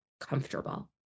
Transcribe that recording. comfortable